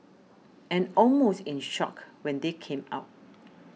and almost in shock when they came out